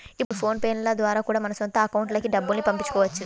ఇప్పుడు PhonePe ద్వారా కూడా మన సొంత అకౌంట్లకి డబ్బుల్ని పంపించుకోవచ్చు